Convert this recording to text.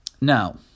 Now